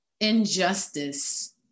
injustice